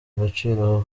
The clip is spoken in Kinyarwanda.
agaciro